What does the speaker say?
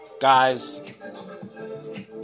guys